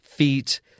feet